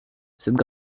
cette